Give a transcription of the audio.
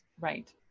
Right